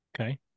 Okay